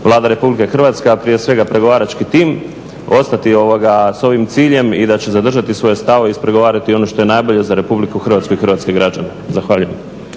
Vlada Republike Hrvatske, a prije svega pregovarački tim ostati s ovim ciljem i da će zadržati svoje stavove, ispregovarati ono što je najbolje za Republiku Hrvatsku i hrvatske građane. Zahvaljujem.